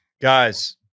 guys